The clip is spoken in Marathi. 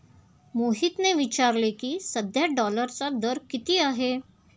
मोहितने विचारले की, सध्या डॉलरचा दर किती आहे?